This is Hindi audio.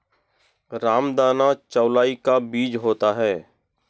रामदाना चौलाई का बीज होता है